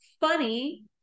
funny